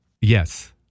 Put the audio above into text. Yes